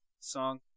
song